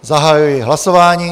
Zahajuji hlasování.